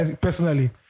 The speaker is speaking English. Personally